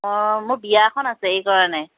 অঁ মোৰ বিয়া এখন আছে সেইকাৰণে